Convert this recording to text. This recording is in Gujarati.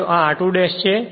ત્યાં આ r2 ' છે